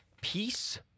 peace